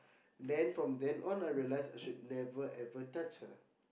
then from then on I realise I should never ever touch her